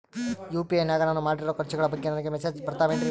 UPI ನಾಗ ನಾನು ಮಾಡಿರೋ ಖರ್ಚುಗಳ ಬಗ್ಗೆ ನನಗೆ ಮೆಸೇಜ್ ಬರುತ್ತಾವೇನ್ರಿ?